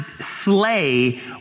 slay